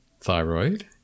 Thyroid